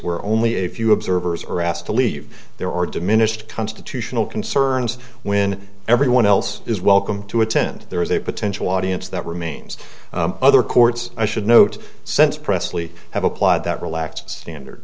where only a few observers are asked to leave their or diminished constitutional concerns when everyone else is welcome to attend there is a potential audience that remains other courts i should note since pressley have applied that relaxed standard